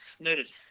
noted